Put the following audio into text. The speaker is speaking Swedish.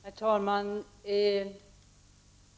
Herr talman!